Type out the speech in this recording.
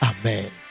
Amen